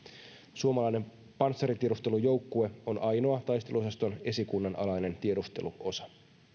suomalainen panssaritiedustelujoukkue on ainoa taisteluosaston esikunnan alainen tiedusteluosa